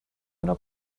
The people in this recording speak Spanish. una